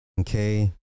Okay